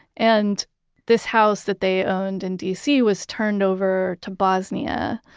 and this house that they owned in d c. was turned over to bosnia.